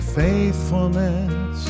faithfulness